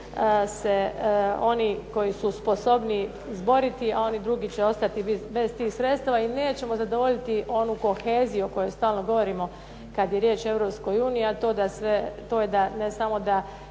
oni koji su sposobniji izboriti, a oni drugi će ostati bez tih sredstava i nećemo zadovoljiti onu koheziju o kojoj stalno govorimo kada je riječ o